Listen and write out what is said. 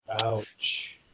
Ouch